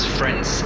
friends